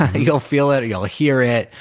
ah you'll feel it or you'll hear it.